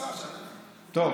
השר יענו לך.